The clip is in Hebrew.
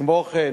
כמו כן,